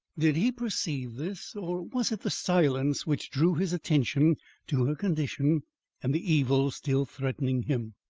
did he perceive this or was it the silence which drew his attention to her condition and the evils still threatening him?